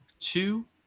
Two